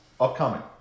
upcoming